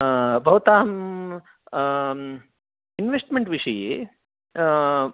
हा भवतां इन्वेस्ट्मेण्ट् विषये